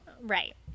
Right